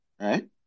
right